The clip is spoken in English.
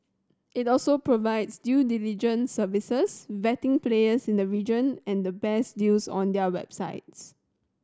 it also provides due diligence services vetting players in the region and the best deals on their websites